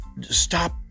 stop